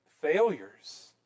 failures